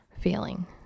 feeling